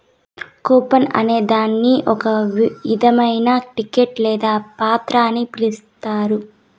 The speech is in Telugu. కూపన్ అనే దాన్ని ఒక ఇధమైన టికెట్ లేదా పత్రం అని పిలుత్తారు